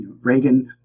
Reagan